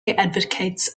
advocates